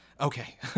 okay